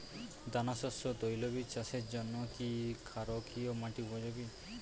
দানাশস্য ও তৈলবীজ চাষের জন্য কি ক্ষারকীয় মাটি উপযোগী?